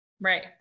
Right